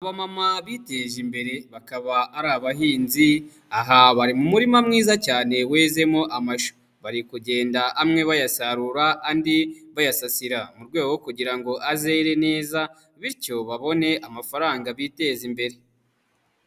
Abamama biteje imbere bakaba ari abahinzi, aha bari mu murima mwiza cyane wezemo amashu. Bari kugenda amwe bayasarura andi bayasasira. Mu rwego rwo kugira ngo azere neza bityo babone amafaranga biteze imbere.